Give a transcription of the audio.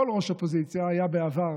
כל ראש אופוזיציה היה בעבר